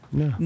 no